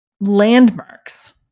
landmarks